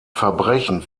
verbrechen